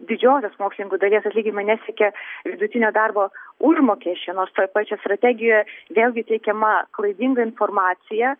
didžiosios mokslininkų dalies atlyginimai nesiekia vidutinio darbo užmokesčio nors toj pačioj strategijoj vėlgi teikiama klaidinga informacija